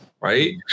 Right